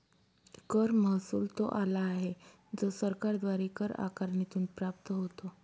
कर महसुल तो आला आहे जो सरकारद्वारे कर आकारणीतून प्राप्त होतो